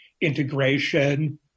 integration